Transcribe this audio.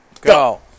go